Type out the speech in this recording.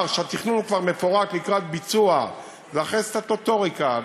שהתכנון כבר מפורט לקראת ביצוע ואחרי סטטוטוריקה,